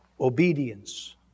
obedience